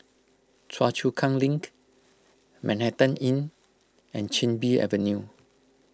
Choa Chu Kang Link Manhattan Inn and Chin Bee Avenue